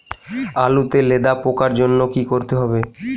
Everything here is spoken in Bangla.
আলুতে লেদা পোকার জন্য কি করতে হবে?